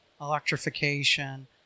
electrification